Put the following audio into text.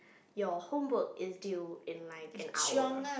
your homework is due in like an hour